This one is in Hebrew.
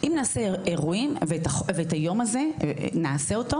אם נעשה אירועים ואת היום הזה נעשה אותו